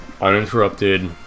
Uninterrupted